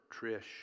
Trish